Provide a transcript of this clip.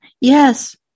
yes